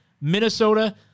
Minnesota